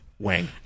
Wang